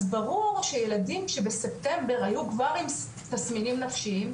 אז ברור שילדים שבספטמבר היו כבר עם תסמינים נפשיים,